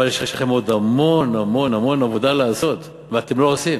אבל יש לכם עוד המון המון המון עבודה לעשות ואתם לא עושים.